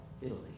Italy